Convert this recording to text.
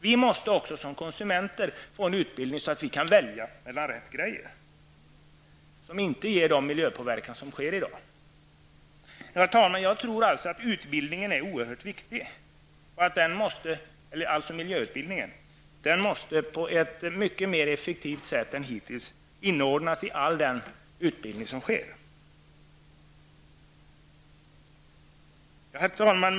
Vi måste också som konsumenter få utbildning i att välja rätt saker, som inte ger den miljöpåverkan som vi har i dag. Herr talman! Jag tror alltså att utbildningen är oerhört viktig, dvs. miljöutbildningen. Den måste inordnas i all utbildning som sker på ett mer effektivt sätt än hittills. Herr talman!